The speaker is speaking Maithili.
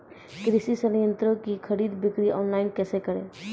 कृषि संयंत्रों की खरीद बिक्री ऑनलाइन कैसे करे?